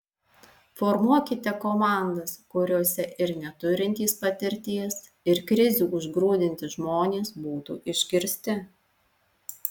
formuokite komandas kuriose ir neturintys patirties ir krizių užgrūdinti žmonės būtų išgirsti